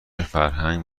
فرهنگ